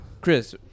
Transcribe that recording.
Chris